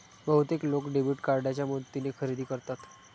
बहुतेक लोक डेबिट कार्डच्या मदतीने खरेदी करतात